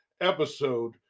episode